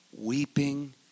weeping